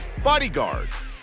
Bodyguards